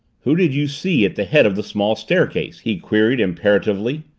who did you see at the head of the small staircase? he queried imperatively.